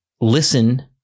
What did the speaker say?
listen